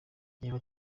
reba